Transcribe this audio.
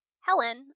Helen